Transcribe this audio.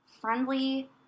friendly